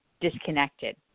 disconnected